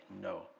no